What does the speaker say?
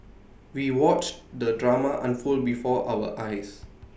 we watched the drama unfold before our eyes